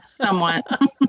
somewhat